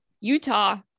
Utah